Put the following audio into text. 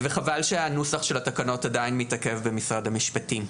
חבל שנוסח התקנות עדיין מתעכב במשרד המשפטים.